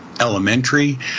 elementary